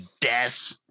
death